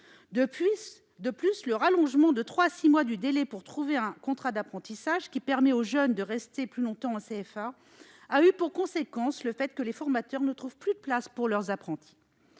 En outre, le rallongement de trois à six mois du délai pour trouver un contrat d'apprentissage, qui permet aux jeunes de rester plus longtemps en CFA, a eu pour conséquence que les formateurs ne trouvent plus de place pour leurs apprentis.